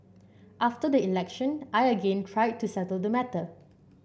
after the election I again tried to settle the matter